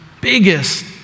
biggest